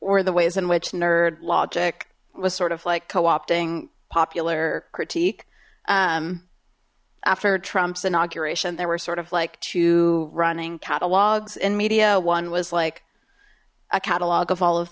or the ways in which nerd logic was sort of like co opting popular critique after trump's inauguration they were sort of like two running catalogs in media one was like a catalog of all of